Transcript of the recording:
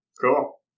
Cool